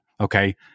Okay